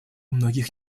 многих